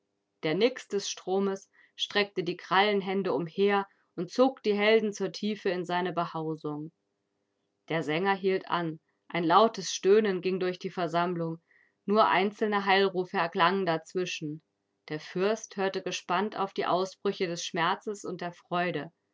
der nix des stromes streckte die krallenhände umher und zog die helden zur tiefe in seine behausung der sänger hielt an ein lautes stöhnen ging durch die versammlung nur einzelne heilrufe erklangen dazwischen der fürst hörte gespannt auf die ausbrüche des schmerzes und der freude